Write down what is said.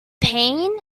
pain